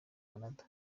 canada